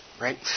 Right